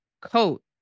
coat